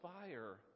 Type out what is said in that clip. fire